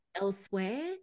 elsewhere